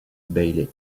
bailey